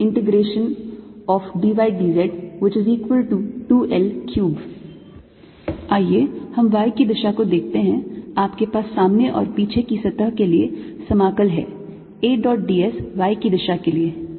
Ads2×L2dydz2 L2 1dydz2L3 आइए हम y की दिशा को देखते हैं आपके पास सामने और पीछे की सतह के लिए समाकल हैं A dot d s y की दिशा के लिए